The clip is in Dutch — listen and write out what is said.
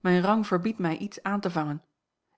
mijn rang verbiedt mij iets aan te vangen